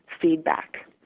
feedback